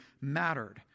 mattered